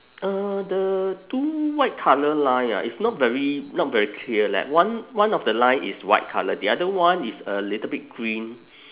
uh the two white colour line ah is not very not very clear leh one one of the line is white colour the other one is a little bit green